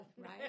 right